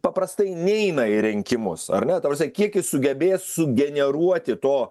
paprastai neina į rinkimus ar ne ta prasme kiek jis sugebės sugeneruoti to